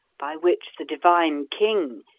by which the divine king,